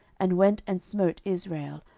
and went and smote israel,